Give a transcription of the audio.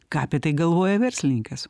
ką apie tai galvoja verslininkas